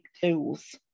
tools